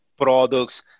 products